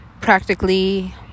practically